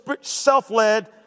self-led